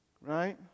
Right